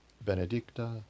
benedicta